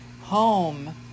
home